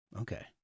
okay